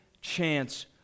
chance